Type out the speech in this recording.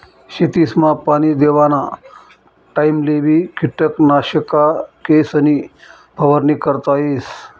शेतसमा पाणी देवाना टाइमलेबी किटकनाशकेसनी फवारणी करता येस